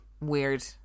Weird